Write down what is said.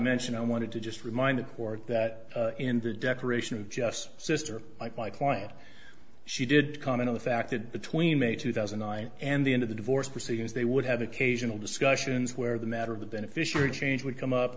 mention i wanted to just remind the court that in their declaration of just sister my client she did comment on the fact that between may two thousand and nine and the end of the divorce proceedings they would have occasional discussions where the matter of the beneficiary change would come